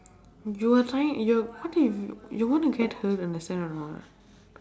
you are signing you're what if you you are going to get hurt understand or not